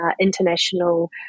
International